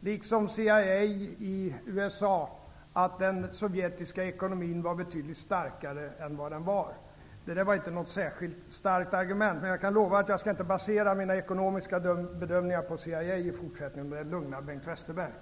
liksom CIA i USA, att den sovjetiska ekonomin var betydligt starkare än den var. Det var inte något särskilt starkt argument. Men jag kan lova att jag i fortsättningen inte skall basera mina ekonomiska bedömningar på CIA, om det lugnar Bengt Westerberg.